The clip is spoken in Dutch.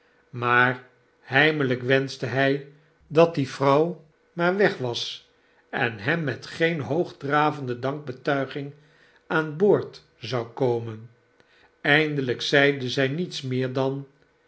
maar heimelyk wenschte hij dat die vrouw maar weg was en hem met geen hoogdravende dankbetuiging aan boord zou komen eindelp zeide zjj niets meer dan